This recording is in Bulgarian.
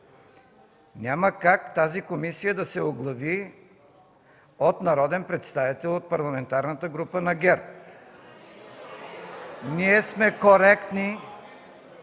няма как тази комисия да се оглави от народен представител от Парламентарната група на ГЕРБ. (Възгласи